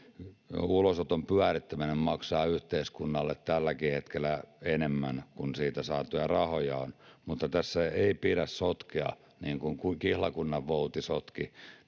ulosoton pyörittäminen maksaa yhteiskunnalle tälläkin hetkellä enemmän kuin siitä saatuja rahoja on, mutta tässä ei pidä meidän päättäjien sotkea, niin kuin kihlakunnanvouti sotki,